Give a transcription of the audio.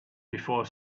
before